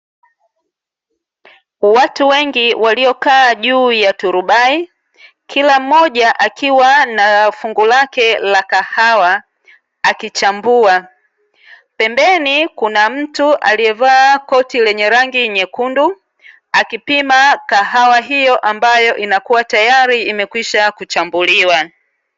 Watu wengi waliokaa juu ya turubai kila mmoja akiwa na fungu lake la kahawa akichambua. Pembeni kuna mtu aliyevaa koti lenye rangi nyekundu akipima kahawa hiyo ambayo inakuwa tayari imekwisha kuchambuliwa.